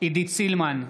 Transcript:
עידית סילמן,